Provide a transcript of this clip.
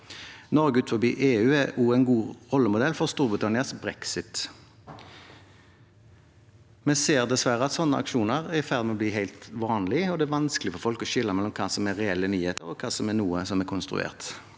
Norge utenfor EU er også en god rollemodell for Storbritannias brexit. Vi ser dessverre at sånne aksjoner er i ferd med å bli helt vanlige, og det er vanskelig for folk å skille mellom hva som er reelle nyheter, og hva som er noe som er konstruert.